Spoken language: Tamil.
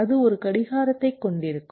அது ஒரு கடிகாரத்தைக் கொண்டிருக்கும்